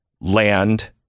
land